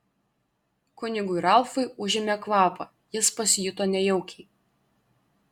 kunigui ralfui užėmė kvapą jis pasijuto nejaukiai